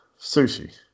Sushi